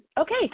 Okay